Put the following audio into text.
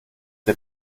der